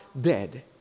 dead